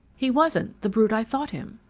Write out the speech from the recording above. he wasn't the brute i thought him.